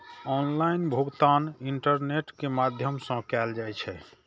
online भुगतान internet के माध्यम सं कैल जाइ छै